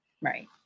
Right